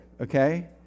okay